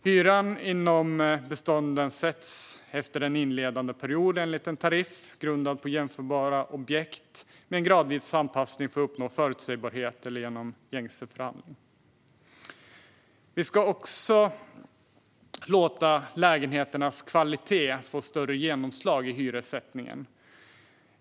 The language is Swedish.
Hyran inom bestånden sätts efter en inledande period enligt en tariff grundad på jämförbara objekt med en gradvis anpassning för att uppnå förutsägbarhet eller genom gängse förhandling. Vi ska också låta lägenheternas kvalitet få ett större genomslag i hyressättningen.